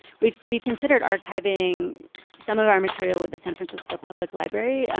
we've we've considered archiving some of our material with the san francisco public library.